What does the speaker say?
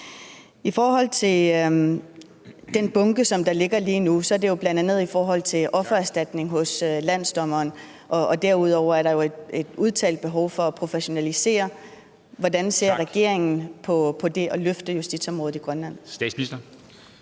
I forhold til den bunke, som ligger der lige nu, handler det bl.a. om offererstatning hos landsdommeren, og derudover er der jo et udtalt behov for at professionalisere. Hvordan ser regeringen på det at løfte justitsområdet i Grønland?